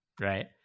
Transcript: right